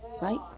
right